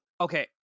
Okay